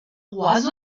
roazhon